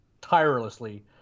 tirelessly